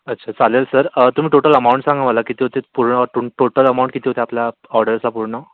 अच्छा चालेल सर तुम्ही टोटल अमाऊंट सांगा मला किती होते पूर्ण टोटल अमाऊंट किती होते आपल्या ऑर्डरचा पूर्ण